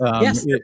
Yes